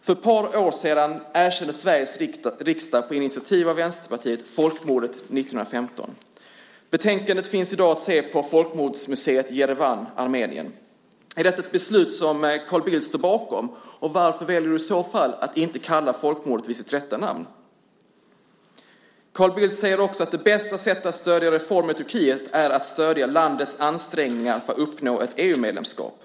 För ett par år sedan erkände Sveriges riksdag, på initiativ av Vänsterpartiet, folkmordet 1915. Betänkandet finns i dag att se på folkmordsmuseet Jerivan i Armenien. Är detta ett beslut som Carl Bildt står bakom? Varför väljer du i så fall att inte kalla folkmordet vid sitt rätta namn? Carl Bildt säger också att det bästa sättet att stödja reformer i Turkiet är att stödja landets ansträngningar för att uppnå ett EU-medlemskap.